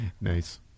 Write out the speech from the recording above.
nice